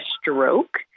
stroke